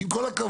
עם כל הכבוד.